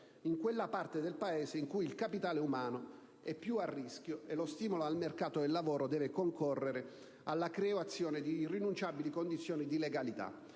in quella parte del Paese in cui il capitale umano è più a rischio e lo stimolo al mercato del lavoro deve concorrere alla creazione di irrinunciabili condizioni di legalità,